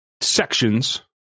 sections